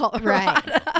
Right